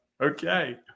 Okay